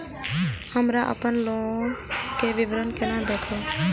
हमरा अपन लोन के विवरण केना देखब?